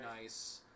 nice